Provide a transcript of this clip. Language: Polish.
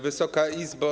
Wysoka Izbo!